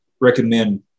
recommend